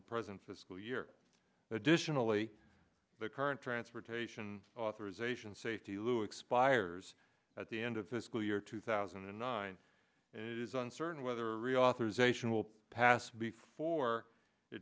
the presence of school year additionally the current transportation authorization safety lou expires at the end of the school year two thousand and nine it is uncertain whether authorization will pass before